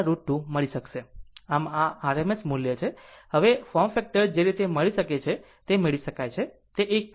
આમ આ r RMS મૂલ્ય છે હવે ફોર્મ ફેક્ટર જે રીતે મેળવી શકશે તે મેળવી શકાય છે તે 1